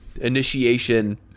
initiation